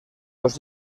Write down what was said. dos